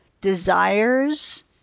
desires